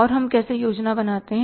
और हम कैसे योजना बनाते हैं